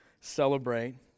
celebrate